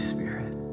Spirit